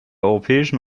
europäischen